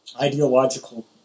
ideological